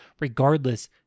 Regardless